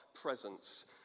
presence